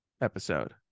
episode